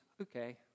okay